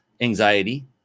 anxiety